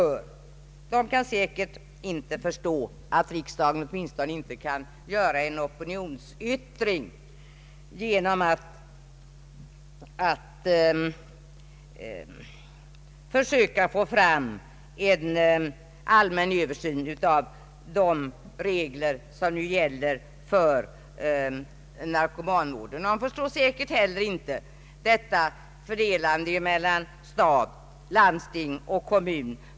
Dessa kan säkert inte förstå varför riksdagen åtminstone inte kan göra en opinionsyttring för att försöka få till stånd en allmän översyn av de regler som nu gäller för narkomanvård. De förstår säkert inte heller denna diskussion om kostnadsfördelningen «mellan =staten, landstingen och kommunerna.